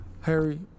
Harry